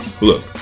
look